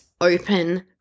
open